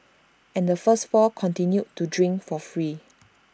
and the first four continued to drink for free